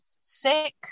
sick